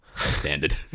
Standard